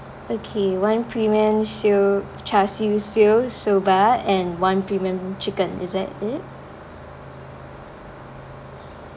okay one premium siew char siew siew soba and one premium chicken is that it